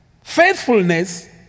Faithfulness